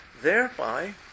thereby